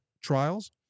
trials